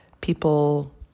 people